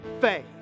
faith